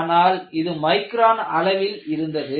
ஆனால் இது மைக்ரான் அளவில் இருந்தது